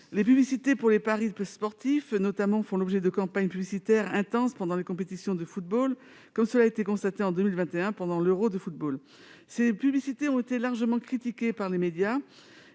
Les publicités pour les paris sportifs, notamment, font l'objet de campagnes publicitaires intenses pendant les compétitions de football, comme cela a été constaté en 2021 pendant l'Euro de football. Ces publicités ont été largement critiquées par les médias